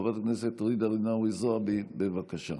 חברת הכנסת ג'ידא רינאוי זועבי, בבקשה.